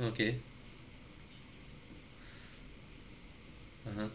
okay (uh huh)